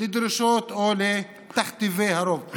לדרישות או לתכתיבי הרוב.